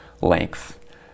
length